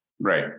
Right